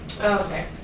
Okay